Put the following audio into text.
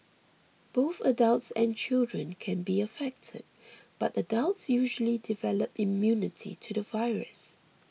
both adults and children can be affected but adults usually develop immunity to the virus